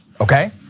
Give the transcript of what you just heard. okay